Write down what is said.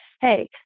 hey